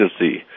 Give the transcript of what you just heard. agency